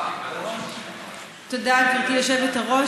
תודה, גברתי היושבת-ראש.